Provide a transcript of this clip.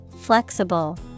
flexible